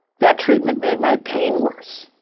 that treatment made my pain worse.